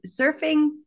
surfing